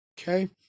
Okay